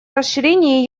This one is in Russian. расширении